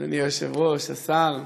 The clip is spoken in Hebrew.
אדוני היושב-ראש, השר,